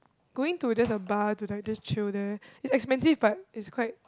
going to just a bar to like just chill there it's expensive but it's quite